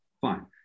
fine